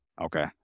Okay